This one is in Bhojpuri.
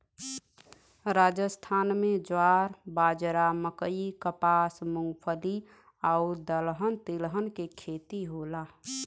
राजस्थान में ज्वार, बाजरा, मकई, कपास, मूंगफली आउर दलहन तिलहन के खेती होला